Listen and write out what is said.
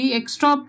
extra